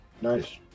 nice